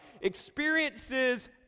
experiences